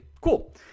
Cool